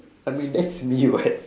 I mean that's me [what]